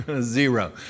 Zero